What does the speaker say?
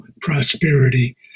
prosperity